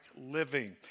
living